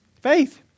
Faith